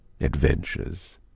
adventures